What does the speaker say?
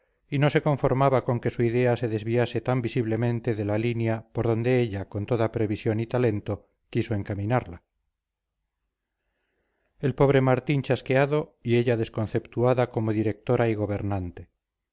y no se conformaba con que su idea se desviase tan visiblemente de la línea por donde ella con toda previsión y talento quiso encaminarla el pobre martín chasqueado y ella desconceptuada como directora y gobernante